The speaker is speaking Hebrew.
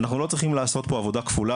אנחנו לא צריכים לעשות פה עבודה כפולה